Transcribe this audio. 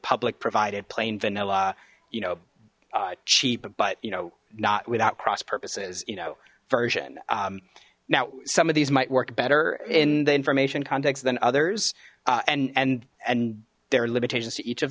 public provided plain vanilla you know cheap but you know not without cross purposes you know version now some of these might work better in the information context than others and and and there are limitations to each of